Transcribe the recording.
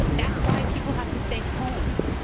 that's why people have to stay home